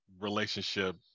relationship